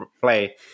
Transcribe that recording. play